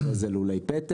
אחרי זה את לולי הפטם,